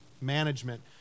management